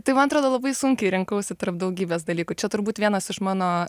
tai man atrodo labai sunkiai rinkausi tarp daugybės dalykų čia turbūt vienas iš mano